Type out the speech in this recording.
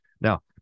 now